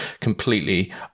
completely